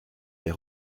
les